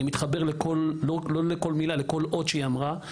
אני מתחבר לא רק לכול מילה אלא לכול אות שהיא אמרה,